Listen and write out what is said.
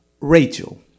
Rachel